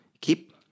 Keep